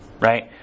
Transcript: right